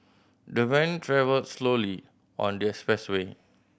the van travelled slowly on the expressway